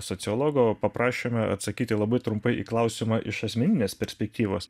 sociologo paprašėme atsakyti labai trumpai į klausimą iš asmeninės perspektyvos